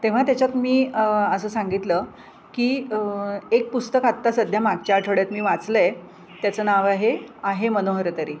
तेव्हा त्याच्यात मी असं सांगितलं की एक पुस्तक आत्ता सध्या मागच्या आठवड्यात मी वाचलं आहे त्याचं नाव आहे आहे मनोहर तरी